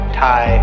Thai